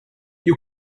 you